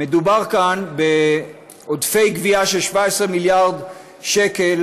מדובר כאן בעודפי גבייה של 17 מיליארד שקל,